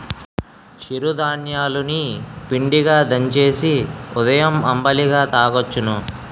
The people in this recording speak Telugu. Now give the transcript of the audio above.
చిరు ధాన్యాలు ని పిండిగా దంచేసి ఉదయం అంబలిగా తాగొచ్చును